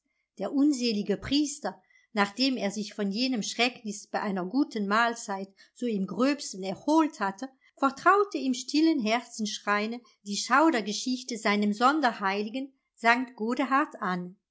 der unselige priester nachdem er sich von jenem schrecknis bei einer guten mahlzeit so im gröbsten erholt hatte vertraute im stillen herzensschreine die schaudergeschichte seinem sonderheiligen sankt godehard an